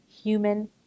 human